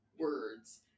Words